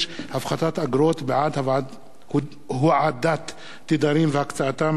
6) (הפחתת אגרות בעד הועדת תדרים והקצאתם),